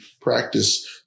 practice